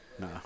No